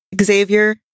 Xavier